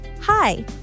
Hi